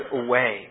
away